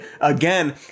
Again